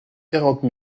quarante